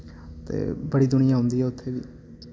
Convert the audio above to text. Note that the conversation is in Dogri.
ते बड़ी दुनिया औंदी ऐ उत्थै बी